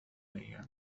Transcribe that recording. الأيام